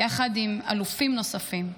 יחד עם אלופים נוספים.